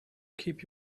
keep